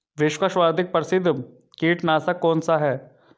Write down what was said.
विश्व का सर्वाधिक प्रसिद्ध कीटनाशक कौन सा है?